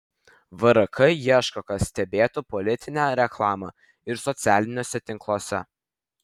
vrk ieško kas stebėtų politinę reklamą ir socialiniuose tinkluose